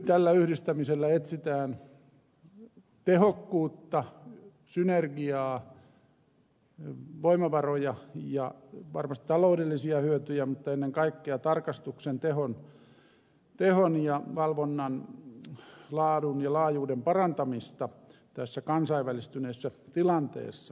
tällä yhdistämisellä etsitään tehokkuutta synergiaa voimavaroja ja varmasti taloudellisia hyötyjä mutta ennen kaikkea tarkastuksen tehon ja valvonnan laadun ja laajuuden parantamista tässä kansainvälistyneessä tilanteessa